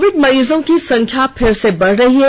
Covid मरीजों की संख्या फिर से बढ़ रही है